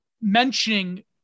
mentioning